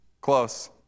Close